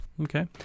Okay